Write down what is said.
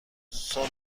سونا